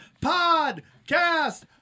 podcast